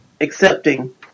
accepting